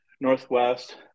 Northwest